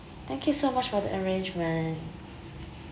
thank you so much for the arrangement